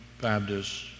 Baptist